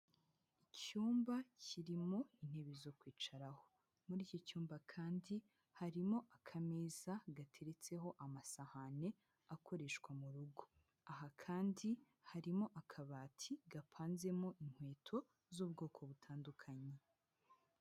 Icyumba kirimo intebe zo kwicaraho, muri iki cyumba kandi harimo akameza gateretseho amasahani akoreshwa mu rugo, aha kandi harimo akabati gapanzemo inkweto z'ubwoko butandukanye.